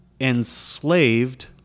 enslaved